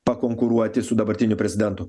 pakonkuruoti su dabartiniu prezidentu